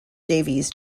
davies